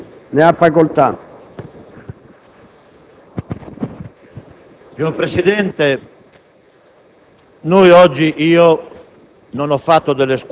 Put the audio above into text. dove ci insegnavano "*timeo Danaos et dona ferentes*". Non è il caso di aprire le porte di Vicenza al cavallo di Troia.